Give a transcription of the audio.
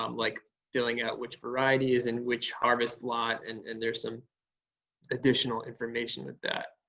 um like filling out which variety is in which harvest lot and and there's some additional information with that.